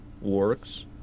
works